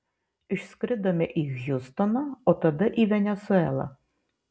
išskridome į hjustoną o tada į venesuelą